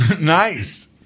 nice